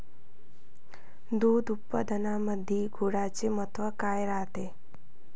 दूध उत्पादनामंदी गुळाचे महत्व काय रायते?